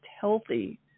healthy